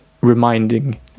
reminding